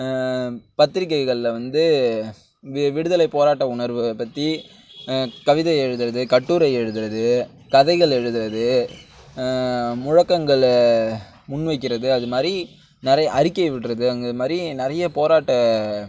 பத்திரிகைகளில் வந்து வி விடுதலை போராட்ட உணர்வை பற்றி கவிதை எழுதுவது கட்டுரை எழுதுவது கதைகள் எழுதுவது முழக்கங்களை முன் வைக்கிறது அது மாதிரி நிறைய அறிக்கை விடுறது அங்கே இது மாதிரி நிறைய போராட்ட